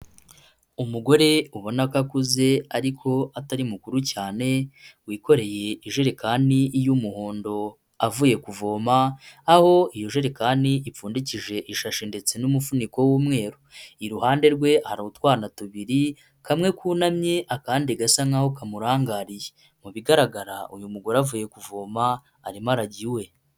Umugore ubona ko akuze ariko atari mukuru cyane, wikoreye ijerekani y'umuhondo avuye kuvoma, aho iyo jerekani ipfundikishije ishashi ndetse n'umufuniko w'umweru. Iruhande rwe hari utwana tubiri kamwe kunamye akandi gasa nk'aho kamurangariye. Mu bigaragara uyu mugore avuye kuvoma arimo arajya iwe.